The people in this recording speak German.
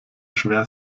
schwer